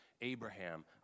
Abraham